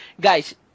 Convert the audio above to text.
guys